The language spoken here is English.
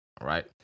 right